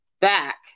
back